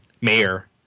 mayor